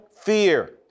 fear